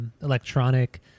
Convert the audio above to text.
electronic